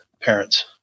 parents